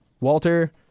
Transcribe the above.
Walter